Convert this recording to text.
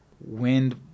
wind